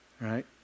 Right